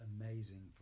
amazing